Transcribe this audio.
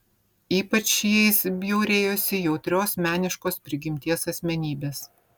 ypač jais bjaurėjosi jautrios meniškos prigimties asmenybės